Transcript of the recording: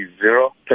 zero